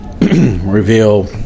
reveal